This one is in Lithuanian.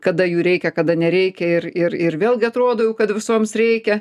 kada jų reikia kada nereikia ir ir ir vėlgi atrodo jau kad visoms reikia